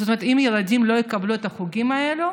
זאת אומרת, אם הילדים לא יקבלו את החוגים האלה,